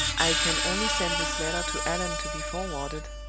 i can only send this letter to allan to be forwarded,